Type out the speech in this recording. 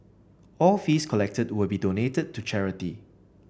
all fees collected will be donated to charity